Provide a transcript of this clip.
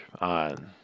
on